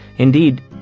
Indeed